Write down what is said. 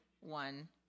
one